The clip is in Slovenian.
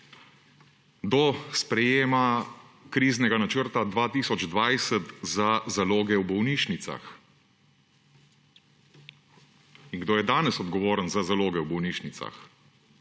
do sprejetja kriznega načrta 2020 za zaloge v bolnišnicah? In kdo je danes odgovoren za zaloge v bolnišnicah?